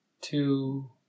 Two